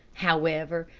however,